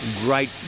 Great